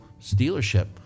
dealership